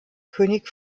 könig